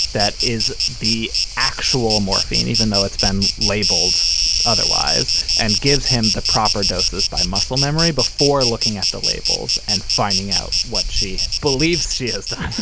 that is the actual morphine, even though it's been labeled otherwise and gives him the proper dosage by muscle memory before looking at the labels and finding out what she believes she has done.